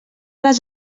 les